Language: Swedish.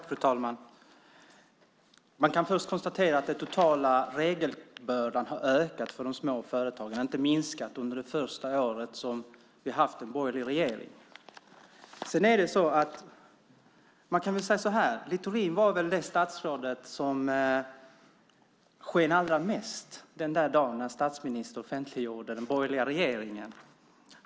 Fru talman! Man kan först konstatera att den totala regelbördan har ökat, inte minskat, för de små företagen under det första året som vi har haft en borgerlig regering. Man kan väl säga så här: Littorin var väl det statsråd som sken allra mest den där dagen då statsministern offentliggjorde den borgerliga regeringen.